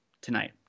tonight